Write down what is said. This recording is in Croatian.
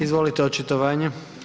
Izvolite očitovanje.